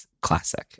classic